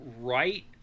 right